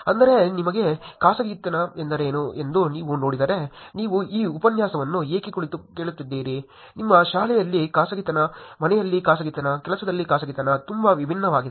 ಅಂದರೆ ನಿಮಗೆ ಖಾಸಗಿತನ ಎಂದರೇನು ಎಂದು ನೀವು ನೋಡಿದರೆ ನೀವು ಈ ಉಪನ್ಯಾಸವನ್ನು ಏಕೆ ಕುಳಿತು ಕೇಳುತ್ತಿದ್ದೀರಿ ನಿಮ್ಮ ಶಾಲೆಯಲ್ಲಿ ಖಾಸಗಿತನ ಮನೆಯಲ್ಲಿ ಖಾಸಗಿತನ ಕೆಲಸದಲ್ಲಿ ಖಾಸಗಿತನ ತುಂಬಾ ವಿಭಿನ್ನವಾಗಿದೆ